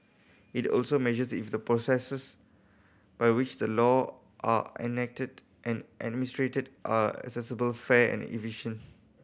it also measures if the processes by which the law are enacted and administered are accessible fair and efficient